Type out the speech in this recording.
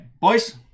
Boys